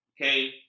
Okay